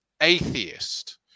atheist